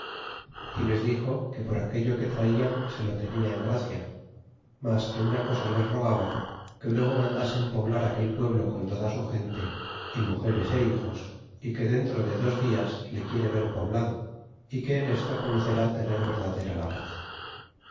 y les dixo que por aquello que traian se lo tenia en gracia mas que una cosa les rogaba que luego mandasen poblar aquel pueblo con toda su gente y mugeres y hijos y que dentro de dos dias le quiere ver poblado y que en esto conocerá tener verdadera la paz